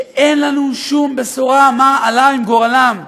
שאין לנו שום בשורה מה עלה בגורלם,